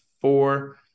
four